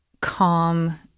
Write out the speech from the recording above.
calm